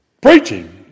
preaching